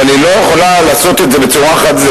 אבל היא לא יכולה לעשות את זה בצורה חד-צדדית,